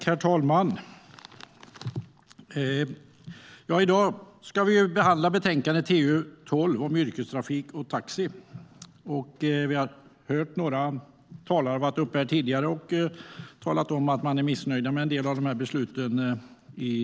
Herr talman! I dag ska vi behandla trafikutskottets betänkande 12 om yrkestrafik och taxi. Några talare har tidigare talat om att de är missnöjda med en del av förslagen.